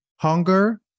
Hunger